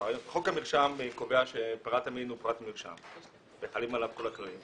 חוק המרשם קובע שפרט אמין הוא פרט מרשם וחלים עליו כל הכללים.